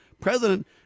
president